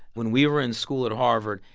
when we were in school at harvard,